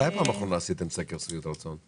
מתי פעם האחרונה עשיתם סקר שביעות רצון?